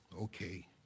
okay